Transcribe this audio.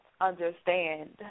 understand